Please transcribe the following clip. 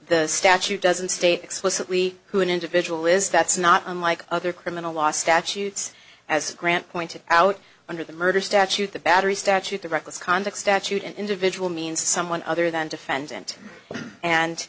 the statute doesn't state explicitly who an individual is that's not unlike other criminal law statutes as grant pointed out under the murder statute the battery statute the reckless conduct statute an individual means someone other than defendant and